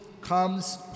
comes